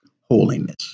holiness